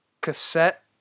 cassette